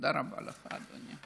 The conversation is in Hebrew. תודה רבה לך, אדוני.